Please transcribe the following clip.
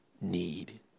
need